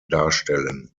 darstellen